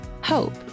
hope